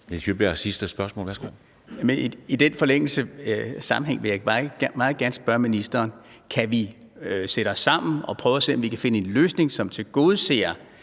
Nils Sjøberg (RV): I den sammenhæng vil jeg meget gerne spørge ministeren: Kan vi sætte os sammen og prøve at se, om vi kan finde en løsning, som tilgodeser